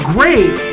Great